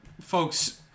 folks